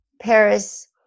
Paris